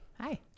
Hi